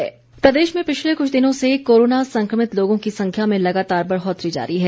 corona update प्रदेश में पिछले कुछ दिनों से कोरोना संक्रमित लोगों की संख्या में लगातार बढ़ौतरी जारी है